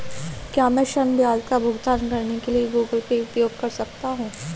क्या मैं ऋण ब्याज का भुगतान करने के लिए गूगल पे उपयोग कर सकता हूं?